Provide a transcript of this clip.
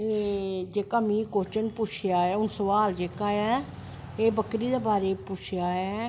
हूनमिगी जेह्का कव्शन पुच्छेआ ऐ सोआल जेह्का ऐ एह् बकरी दै बारै च पुच्छेआ ऐ